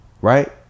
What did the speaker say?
right